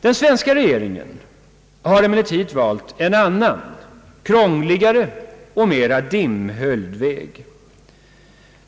Den svenska regeringen har valt en annan, krångligare och mera dimbhöljd väg.